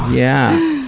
yeah,